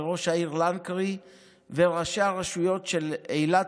וראש העיר לנקרי וראשי הרשויות של אילת,